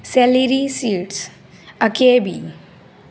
celery seeds Akebi